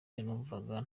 numvaga